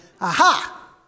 aha